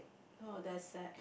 oh that's sad